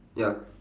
ya